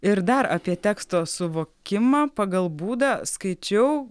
ir dar apie teksto suvokimą pagal būdą skaičiau